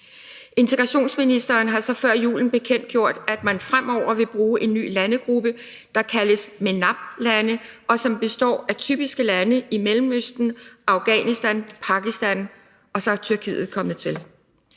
Integrationsministeren har før jul bekendtgjort, at man fremover vil bruge en ny landegruppe, der kaldes MENAP-lande, og som består af typiske lande i Mellemøsten: Afghanistan og Pakistan, og så er Tyrkiet kommet til.